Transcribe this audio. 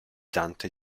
dante